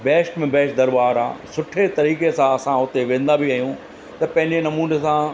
best में best दरॿार आहे सुठे तरीक़े सां असां हुते वेंदा बि आहियूं त पंहिंजे नमूने सां